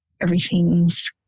Everything's